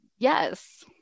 Yes